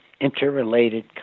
interrelated